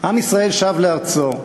עם ישראל שב לארצו,